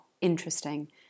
interesting